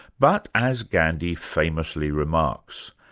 but as gandhi famously remarks,